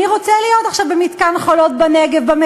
מי רוצה להיות במתקן "חולות" בנגב עכשיו,